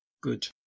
good